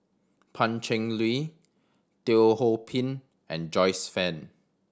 Pan Cheng Lui Teo Ho Pin and Joyce Fan